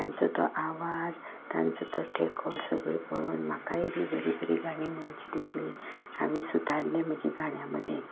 तांचो तो आवाज तांचो तो टेको सगलें पळोवन म्हाकाय बी बरीं बरीं गांणी म्हणचीं दिसलीं हांवें सुदारलें म्हज्या गाण्या मदीं